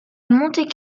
monte